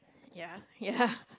ya ya